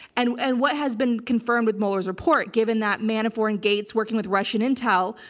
and and what has been confirmed with mueller's report given that manafort and gates working with russian intel,